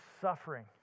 suffering